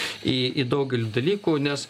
į į daugelį dalykų nes